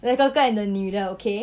the 哥哥 and the 女的 okay